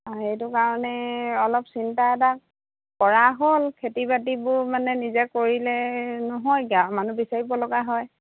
সেইটো কাৰণে অলপ চিন্তা এটা কৰা হ'ল খেতি বাতিবোৰ মানে নিজে কৰিলে নহয় গাঁৱৰ মানুহ বিচাৰিব লগা হয়